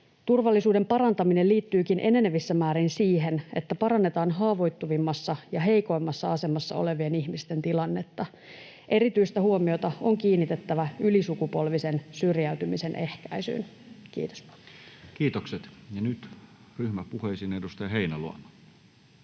Turvallisuuden parantaminen liittyykin enenevissä määrin siihen, että parannetaan haavoittuvimmassa ja heikoimmassa asemassa olevien ihmisten tilannetta. Erityistä huomiota on kiinnitettävä ylisukupolvisen syrjäytymisen ehkäisyyn. — Kiitos. Kiitokset. — Ja nyt ryhmäpuheisiin. — Edustaja Heinäluoma.